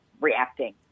reacting